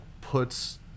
puts